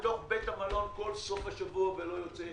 כל סוף השבוע ולא יוצא.